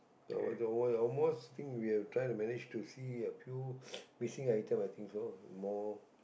al~ almost most thing we have try to manage to see the two missing item so more